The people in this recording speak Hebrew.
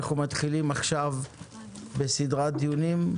אנחנו מתחילים עכשיו בסדרת דיונים,